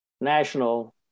national